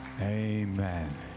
amen